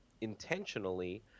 intentionally